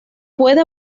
puede